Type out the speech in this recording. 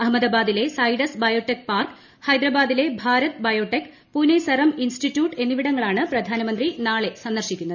അഹമ്മദാബാദിലെ Zydus biotech park ഹൈദരാബാദിലെ Bharat biotech Pune serum institute എന്നിവിടങ്ങളാണ് പ്രധാനമന്ത്രി നാളെ സന്ദർശിക്കുന്നത്